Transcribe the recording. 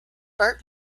burt